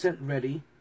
ready